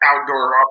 outdoor